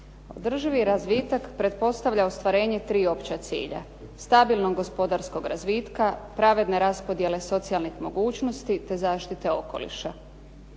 Održivi razvitak pretpostavlja ostvarenje tri opća cilja, stabilnog gospodarskog razvitka, pravedne raspodjele socijalnih mogućnosti, te zaštite okoliša.